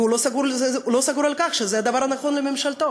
והוא לא סגור על זה שזה הדבר הנכון לממשלתו.